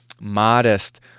modest